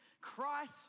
Christ